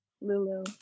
Lulu